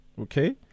okay